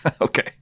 Okay